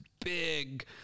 big